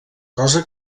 cosa